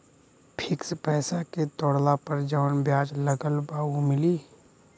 Fix पैसा के तोड़ला पर जवन ब्याज लगल बा उ मिली?